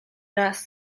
raz